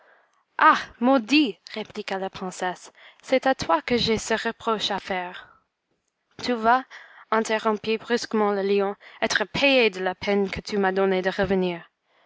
ah maudit répliqua la princesse c'est à toi que j'ai ce reproche à faire tu vas interrompit brusquement le lion être payée de la peine que tu m'as donnée de revenir